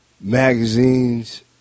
magazines